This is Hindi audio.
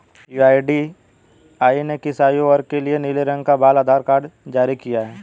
यू.आई.डी.ए.आई ने किस आयु वर्ग के लिए नीले रंग का बाल आधार कार्ड जारी किया है?